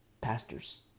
pastors